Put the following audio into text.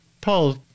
Paul